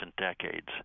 decades